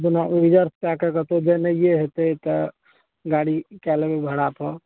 जेनाकि रिजर्भ कै कऽ कतहुँ जेनाइए होयतै तऽ गाड़ी कै लेबै भाड़ा पर